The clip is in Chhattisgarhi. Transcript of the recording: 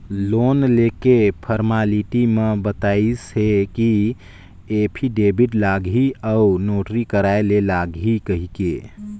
लोन लेके फरमालिटी म बताइस हे कि एफीडेबिड लागही अउ नोटरी कराय ले लागही कहिके